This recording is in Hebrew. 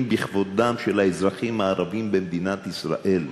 בכבודם של האזרחים הערבים במדינת ישראל.